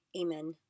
Amen